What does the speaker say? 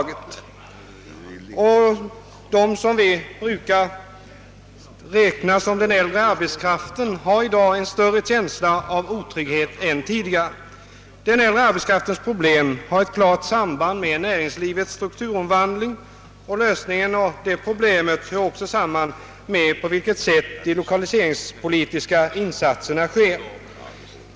De som vi i dag brukar räkna till den äldre arbetskraften har nu en starkare känsla av otrygghet än tidigare. Den äldre arbetskraftens problem har ett klart samband med näringslivets strukturomvandling, och lösningen hör också samman med det sätt på vilket de lokaliseringspolitiska insatserna sker.